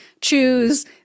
choose